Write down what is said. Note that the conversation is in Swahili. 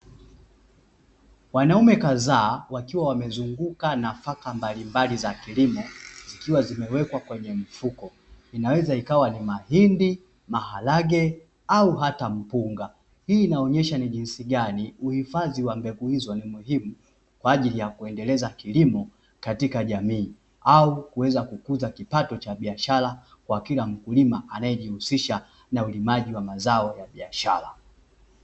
Wanaume kadhaa wakiwa wamezunguka nafaka mbalimbali za kilimo, zikiwa zimewekwa kwenye mfuko, Inaweza ikawa ni mahindi, maharage au hata mpunga. Hii inaonyesha ni jinsi gani uhifadhi wa mbegu hizo ni muhimu, kwa ajili ya kuendeleza kilimo katika jamii, Au kuweza kukuza kipato cha biashara kwa kila mkulima anayejihusisha na ulimaji wa mazao ya biashara.